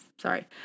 Sorry